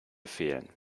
fehlen